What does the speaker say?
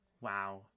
wow